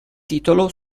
titolo